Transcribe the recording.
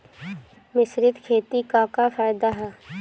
मिश्रित खेती क का फायदा ह?